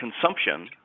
consumption